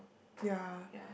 ya